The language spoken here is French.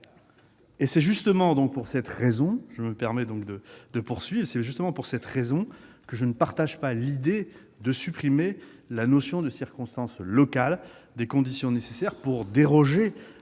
! C'est justement pour cette raison que je ne partage pas l'idée de supprimer la notion de « circonstances locales » des conditions nécessaires pour déroger à une règle